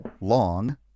long